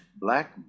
black